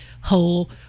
whole